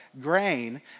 grain